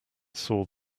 saw